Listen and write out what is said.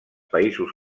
països